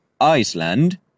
Iceland